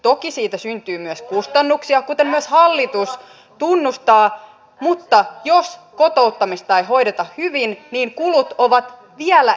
toki siitä syntyy myös kustannuksia kuten myös hallitus tunnustaa mutta jos kotouttamista ei hoideta hyvin niin kulut ovat vielä enemmän